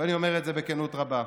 ואני אומר את זה בכנות רבה,